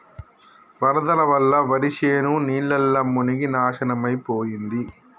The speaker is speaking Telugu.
వరదల వల్ల వరిశేను నీళ్లల్ల మునిగి నాశనమైపోయింది